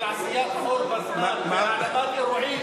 של עשיית חור בזמן והעלמת אירועים.